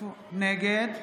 נגד